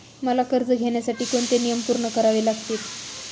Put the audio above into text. मला कर्ज घेण्यासाठी कोणते नियम पूर्ण करावे लागतील?